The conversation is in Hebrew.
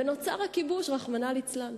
ונוצר הכיבוש, רחמנא ליצלן.